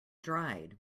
dried